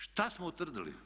Šta smo utvrdili?